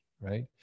right